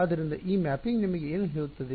ಆದ್ದರಿಂದ ಈ ಮ್ಯಾಪಿಂಗ್ ನಿಮಗೆ ಏನು ಹೇಳುತ್ತದೆ